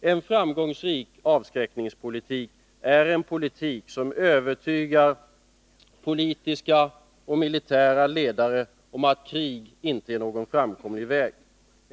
En framgångsrik avskräckningspolitik är en politik som övertygar politiska och militära ledare om att krig icke är någon framkomlig väg.